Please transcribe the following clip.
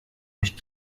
euch